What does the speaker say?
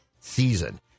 season